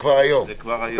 זה כבר היום.